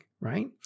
right